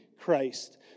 Christ